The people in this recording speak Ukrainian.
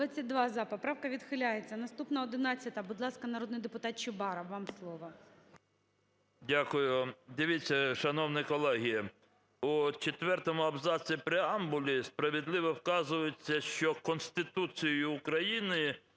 Дякую. Дивіться, шановні колеги, в четвертому абзаці преамбули справедливо вказується, що Конституцією України